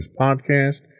podcast